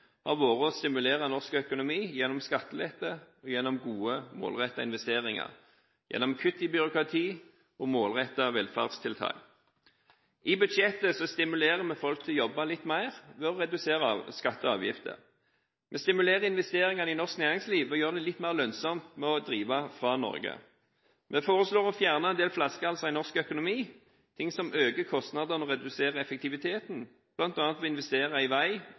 har vært å stimulere norsk økonomi gjennom skattelette, gjennom gode, målrettede investeringer, gjennom kutt i byråkrati og gjennom målrettede velferdstiltak. I budsjettet stimulerer vi folk til å jobbe litt mer ved å redusere skatter og avgifter. Vi stimulerer investeringene i norsk næringsliv ved å gjøre det litt mer lønnsomt å drive fra Norge. Vi foreslår å fjerne en del flaskehalser i norsk økonomi, ting som øker kostnadene og reduserer effektiviteten, bl.a. ved å investere i vei,